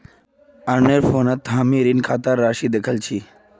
अरनेर फोनत हामी ऋण खातार राशि दखिल छि